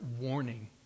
warning